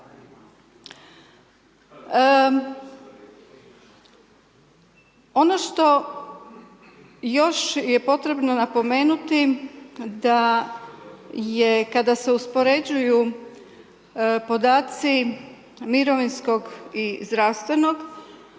Ono što još je potrebno napomenuti, da je kada se uspoređuju podaci mirovinskog i zdravstvenog,